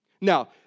now